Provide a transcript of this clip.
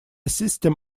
system